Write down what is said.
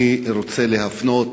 אני רוצה להפנות